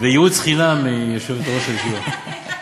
וייעוץ חינם מיושבת-ראש הישיבה.